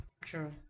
True